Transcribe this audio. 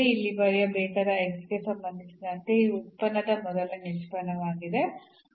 ಇಲ್ಲಿ ಬರೆಯಲಾದ ಗೆ ಸಂಬಂಧಿಸಿದಂತೆ ಈ ಉತ್ಪನ್ನದ ಮೊದಲ ನಿಷ್ಪನ್ನವಾಗಿದೆ